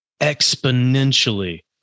exponentially